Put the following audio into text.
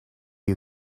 you